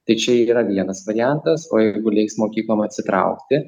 tai čia ir yra vienas variantas o jeigu leis mokyklom atsitraukti